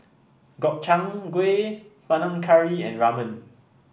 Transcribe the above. Gobchang Gui Panang Curry and Ramen